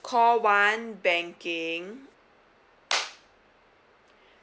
call one banking